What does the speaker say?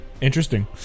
Interesting